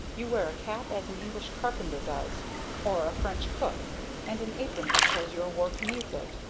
you wear a cap as an english carpenter does or a french cook and an apron because your work needs it.